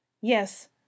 yes